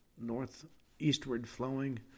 northeastward-flowing